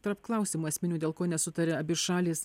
tarp klausimų esminių dėl ko nesutaria abi šalys